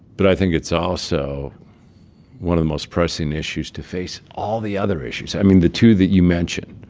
but i think it's also one of the most pressing issues to face all the other issues. i mean, the two that you mention,